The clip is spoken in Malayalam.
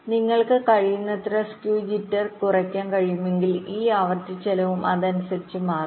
നിങ്ങൾക്ക് കഴിയുന്നത്ര സ്ക്യൂ ജിറ്റർ കുറയ്ക്കാൻ കഴിയുമെങ്കിൽ ഈ ആവൃത്തി ചെലവും അതനുസരിച്ച് കുറയും